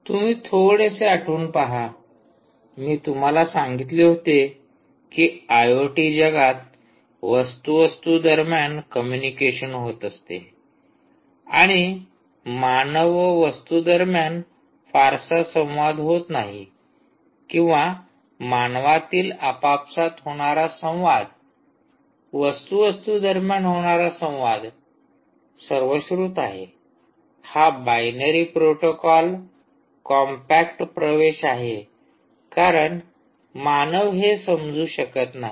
तुम्ही थोडेसे आठवून पहा मी तुम्हाला सांगितले होते की आयओटी जगात वस्तू वस्तू दरम्यान कम्युनिकेशन होत असते आणि मानव व वस्तू दरम्यान फारसा संवाद होत नाही किंवा मानवातील आपापसात होणारा संवाद व वस्तू वस्तू दरम्यान होणारा संवाद सर्वश्रुत आहे हा बायनरी प्रोटोकॉल कॉम्पॅक्ट प्रवेश आहे कारण मानव हे समजू शकत नाही